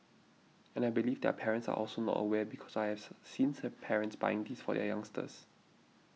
and I believe their parents are also not aware because I have seen parents buying these for their youngsters